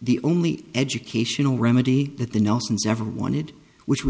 the only educational remedy that the nelsons ever wanted which w